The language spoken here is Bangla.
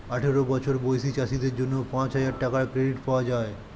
আঠারো বছর বয়সী চাষীদের জন্য পাঁচহাজার টাকার ক্রেডিট পাওয়া যায়